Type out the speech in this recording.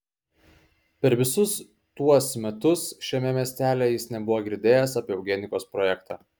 per visus tuos metus šiame miestelyje jis nebuvo girdėjęs apie eugenikos projektą